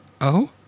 Oh